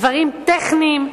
דברים טכניים,